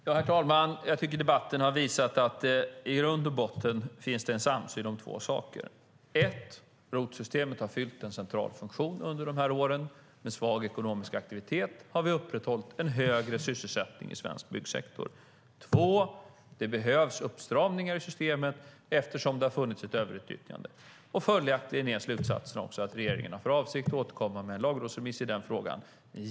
Herr talman! Jag tycker att debatten har visat att det i grund och botten finns en samsyn om två saker: 1. ROT-systemet har fyllt en central funktion. Under de här åren med svag ekonomisk aktivitet har vi upprätthållit en högre sysselsättning i svensk byggsektor. 2. Det behövs uppstramningar i systemet eftersom det har funnits ett överutnyttjande. Följaktligen är slutsatsen att regeringen har för avsikt att återkomma med en lagrådsremiss i den frågan.